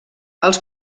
als